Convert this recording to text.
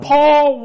Paul